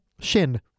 shin